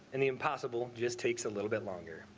and the impossible just takes a little bit longer.